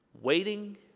Waiting